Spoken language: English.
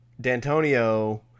D'Antonio